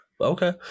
okay